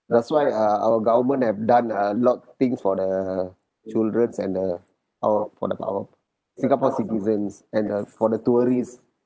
that's why uh our government have done a lot things for the childrens and the for the singapore citizens and uh for the tourists